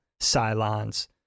Cylons